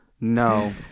no